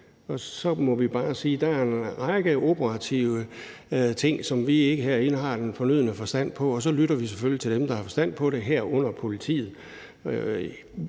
Så må vi bare sige, at der er en række operative ting, som vi ikke herinde har den fornødne forstand på, og så lytter vi selvfølgelig til dem, der har forstand på det, herunder politiet.